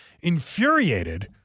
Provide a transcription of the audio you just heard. infuriated